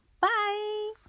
bye